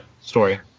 story